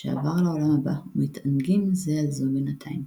שעבר לעולם הבא, ומתענגים זה על זו בינתיים.